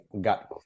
got